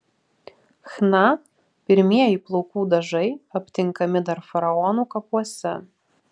chna pirmieji plaukų dažai aptinkami dar faraonų kapuose